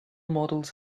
models